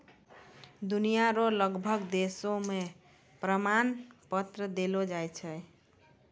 दुनिया रो लगभग देश मे प्रमाण पत्र देलो जाय छै